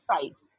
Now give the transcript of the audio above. size